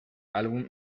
álbum